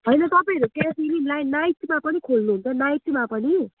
होइन तपाईँहरू क्याफे नि नाइ नाइटमा पनि खोल्नहुन्छ नाइटमा पनि